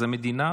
זאת המדינה,